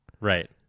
Right